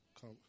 Come